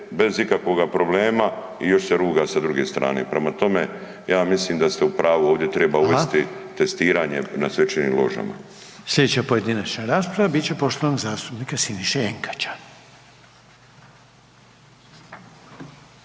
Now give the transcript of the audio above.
bez ikakvoga problema i još se ruga sa druge strane. Prema tome, ja mislim da ste u pravu ovdje treba uvesti …/Upadica:/ Hvala./… testiranje na svečanim ložama. **Reiner, Željko (HDZ)** Slijedeća pojedinačna rasprava bit će poštovanog zastupnika Siniše Jenkača.